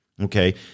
okay